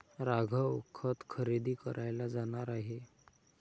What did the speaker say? राघव खत खरेदी करायला जाणार आहे